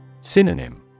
Synonym